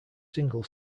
single